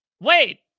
Wait